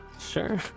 Sure